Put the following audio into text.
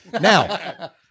Now